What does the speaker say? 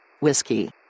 Whiskey